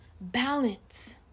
balance